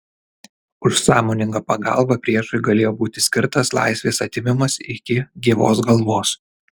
už sąmoningą pagalbą priešui galėjo būti skirtas laisvės atėmimas iki gyvos galvos